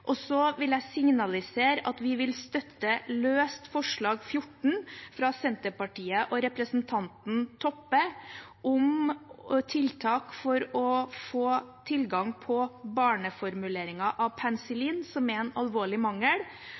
støtte løst forslag nr. 14, fra Senterpartiet, om tiltak for å få tilgang på barneformuleringer av penicillin, som er en alvorlig mangel.